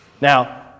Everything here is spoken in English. Now